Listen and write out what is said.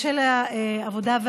לקריאה ראשונה.